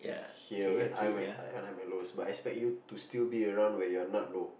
here when I'm at I when I'm at lowest but I expect you to still be around when you're not low